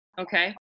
Okay